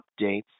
updates